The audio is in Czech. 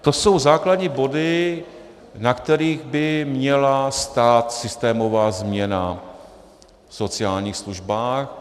To jsou základní body, na kterých by měla stát systémová změna v sociálních službách.